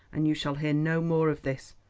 and you shall hear no more of this.